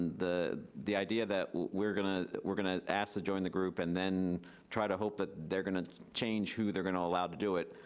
the idea idea that we're gonna we're gonna ask to join the group and then try to hope that they're gonna change who they're gonna allow to do it,